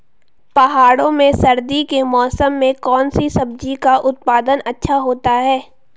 पहाड़ों में सर्दी के मौसम में कौन सी सब्जी का उत्पादन अच्छा होता है?